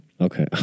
Okay